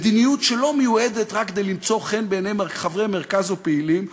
מדיניות שלא מיועדת רק כדי למצוא חן בעיני חברי מרכז או פעילים,